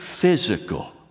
physical